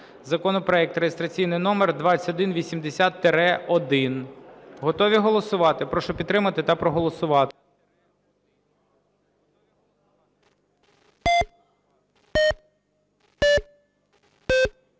законопроект реєстраційний номер 2180-1. Готові голосувати? Прошу підтримати та проголосувати.